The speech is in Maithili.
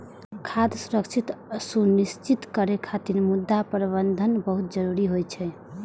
खाद्य सुरक्षा सुनिश्चित करै खातिर मृदा प्रबंधन बहुत जरूरी होइ छै